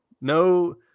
no